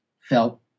felt